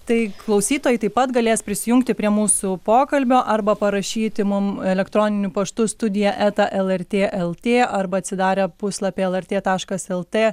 tai klausytojai taip pat galės prisijungti prie mūsų pokalbio arba parašyti mum elektroniniu paštu studija eta lrt lt arba atsidarę puslapį lrt taškas lt